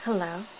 Hello